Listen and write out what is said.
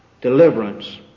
deliverance